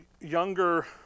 younger